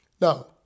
Now